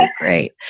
great